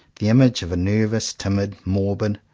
the image of a nervous, timid, morbid,